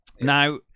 Now